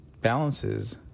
balances